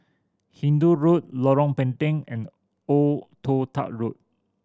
Hindoo Road Lorong Pendek and Old Toh Tuck Road